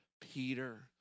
Peter